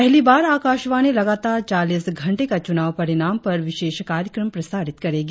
पहली बार आकाशवाणी लगातार चालीस घंटे का चुनाव परिणाम पर विशेष कार्यक्रम प्रसारित करेगी